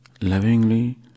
lovingly